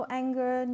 anger